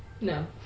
No